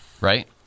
right